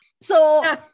So-